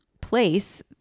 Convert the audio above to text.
place